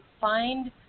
find